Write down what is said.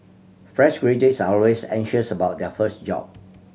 fresh graduates are always anxious about their first job